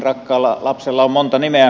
rakkaalla lapsella on monta nimeä